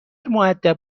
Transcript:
مودب